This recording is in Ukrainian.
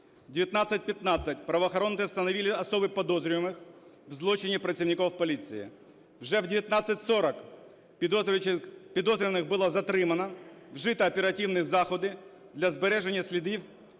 19:15 правоохоронці встановили осіб підозрюваних в злочині працівників поліції. Вже о 19:40 підозрюваних було затримано, вжито оперативні заходи для збереження слідів та